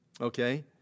okay